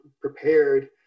prepared